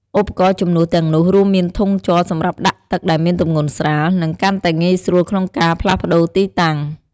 ឧបករណ៍ជំនួសទាំងនោះរួមមានធុងជ័រសម្រាប់ដាក់ទឹក ដែលមានទម្ងន់ស្រាល និងកាន់តែងាយស្រួលក្នុងការផ្លាស់ប្ដូរទីតាំង។